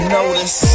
notice